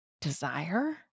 desire